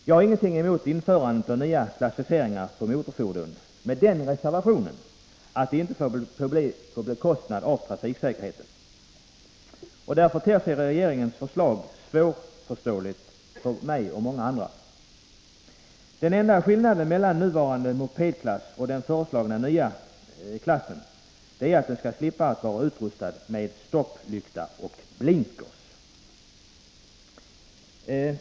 Jag har ingenting emot införande av nya klassificeringar på motorfordon — med den reservationen att det inte får ske på bekostnad av trafiksäkerheten. Därför ter sig regeringens förslag svårförståeligt för mig och många andra. Den enda skillnaden mellan nuvarande mopedklass och den föreslagna nya är att den nya klassen skall slippa vara utrustad med stopplykta och blinker.